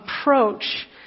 approach